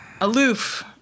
Aloof